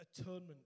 atonement